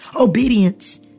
Obedience